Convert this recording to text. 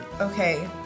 Okay